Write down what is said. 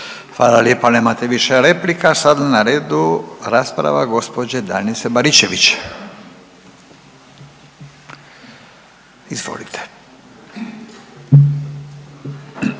Hvala lijepa nemate više replika. Sada je na redu rasprava gospođe Danice Baričević. Izvolite.